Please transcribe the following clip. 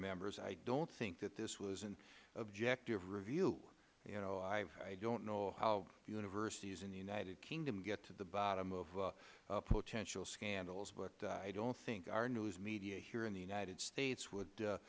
members i don't think that that was an objective review i don't know how universities in the united kingdom get to the bottom of potential scandals but i don't think our news media here in the united states would